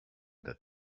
that